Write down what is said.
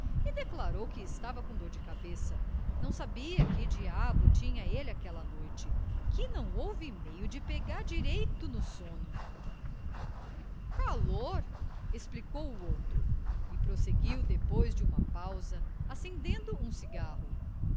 declarou que estava com dor de cabeça não sabia que diabo tinha ele aquela noite que não houve meio de pegar direito no sono calor explicou o outro e prosseguiu depois de uma pausa acendendo um cigarro